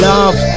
Love